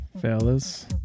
Fellas